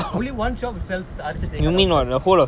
only one shop says the அரச்ச தேங்கா:arracha thengaa downstairs